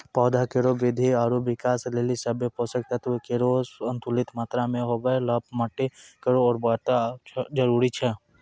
पौधा केरो वृद्धि आरु विकास लेलि सभ्भे पोसक तत्व केरो संतुलित मात्रा म होवय ल माटी केरो उर्वरता जरूरी छै